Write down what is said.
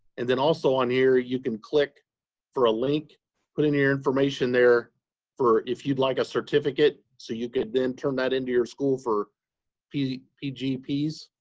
and then also on here you can click for a link put in your information there for if you would like a certificate so you can then turn that into your school for pgps.